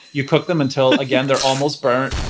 you cook them until again they're almost burned,